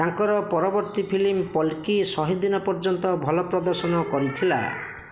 ତାଙ୍କର ପରବର୍ତ୍ତୀ ଫିଲ୍ମ ପଲ୍ଲକ୍କି ଶହେଦିନ ଦିନ ପର୍ଯ୍ୟନ୍ତ ଭଲ ପ୍ରଦର୍ଶନ କରିଥିଲା